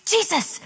Jesus